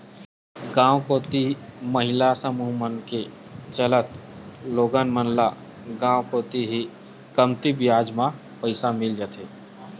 गांव कोती महिला समूह मन के चलत लोगन मन ल गांव कोती ही कमती बियाज म पइसा मिल जाथे